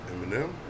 Eminem